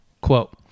Quote